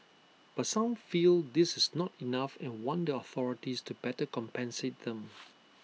but some feel this is not enough and want the authorities to better compensate them